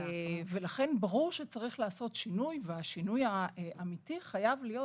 ברור שצריך לעשות שינוי, והשינוי האמתי חייב להיות